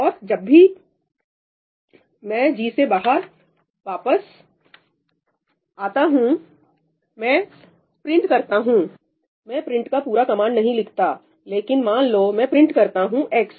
अब जब मैं g से बाहर वापस आता हूं मैं प्रिंट करता हूं मैं प्रिंट का पूरा कमांड नहीं लिखता लेकिन मान लो मैं प्रिंट करता हूं x